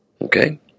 Okay